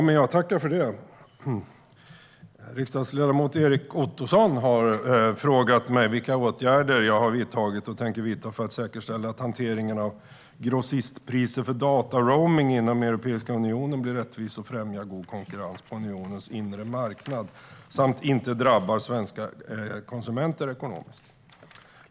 Herr talman! Riksdagsledamot Erik Ottoson har frågat mig vilka åtgärder jag har vidtagit och tänker vidta för att säkerställa att hanteringen av grossistpriser för dataroaming inom Europeiska unionen blir rättvis och främjar god konkurrens på unionens inre marknad samt inte drabbar svenska konsumenter ekonomiskt.